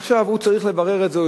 עכשיו, הוא צריך לברר את זה.